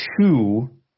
two